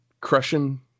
crushing